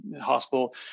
Hospital